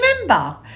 remember